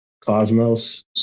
Cosmos